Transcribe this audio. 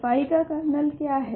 phi का colonel क्या है